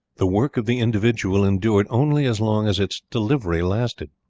the work of the individual endured only as long as its delivery lasted.